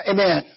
Amen